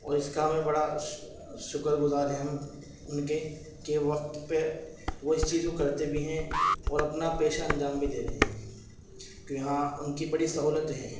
اور اس کا ہمیں بڑا شکر گزار ہیں ہم ان کے کہ وقت پہ وہ اس چیز کو کرتے بھی ہیں اور اپنا پیشہ انجام بھی دے رہے ہیں تو یہاں ان کی بڑی سہولتیں ہیں